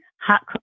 hot